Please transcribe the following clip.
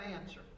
answer